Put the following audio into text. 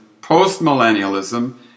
post-millennialism